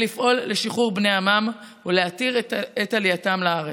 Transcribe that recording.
לפעול לשחרור בני עמם ולהתיר את עלייתם לארץ.